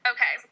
Okay